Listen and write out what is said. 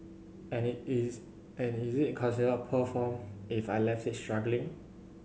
and is and is it considered poor form if I left it struggling